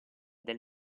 del